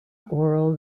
oral